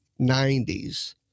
90s